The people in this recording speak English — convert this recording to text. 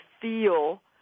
feel